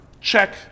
check